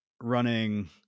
running